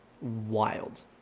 wild